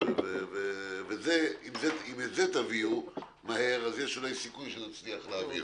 אם את זה תביאו מהר, יש סיכוי שנצליח להעביר.